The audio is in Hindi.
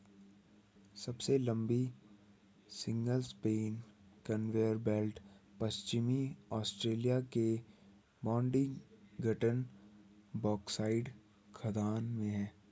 सबसे लंबी सिंगल स्पैन कन्वेयर बेल्ट पश्चिमी ऑस्ट्रेलिया में बोडिंगटन बॉक्साइट खदान में है